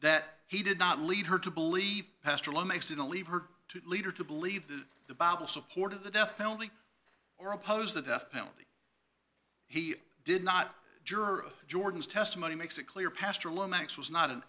that he did not lead her to believe pastor lomax didn't leave her to leader to believe that the bible supported the death penalty or oppose the death penalty he did not juror jordan's testimony makes it clear pastor lomax was not an